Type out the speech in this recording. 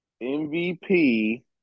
MVP